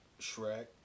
Shrek